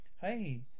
Hey